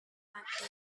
mati